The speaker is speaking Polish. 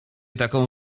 taką